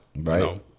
right